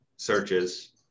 searches